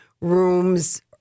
rooms